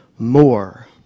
More